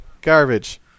garbage